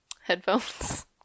headphones